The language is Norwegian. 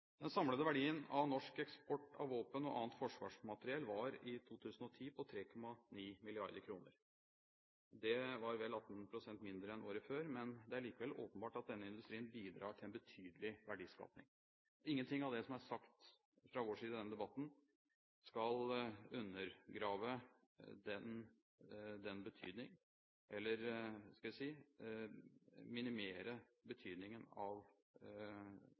Den samlede verdien av norsk eksport av våpen og annet forsvarsmateriell var i 2010 på 3,9 mrd. kr. Det var vel 18 pst. mindre enn året før, men det er likevel åpenbart at denne industrien bidrar til en betydelig verdiskaping. Ingenting av det som er sagt fra vår side i denne debatten, skal undergrave, eller, skal jeg si, minimere den betydningen